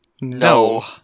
No